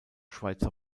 schweizer